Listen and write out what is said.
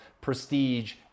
prestige